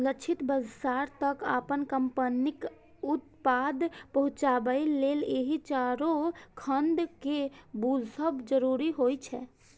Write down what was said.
लक्षित बाजार तक अपन कंपनीक उत्पाद पहुंचाबे लेल एहि चारू खंड कें बूझब जरूरी होइ छै